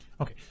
okay